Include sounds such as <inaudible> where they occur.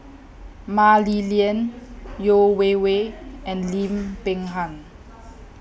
<noise> Mah Li Lian Yeo Wei Wei and Lim Peng Han